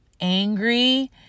angry